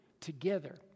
together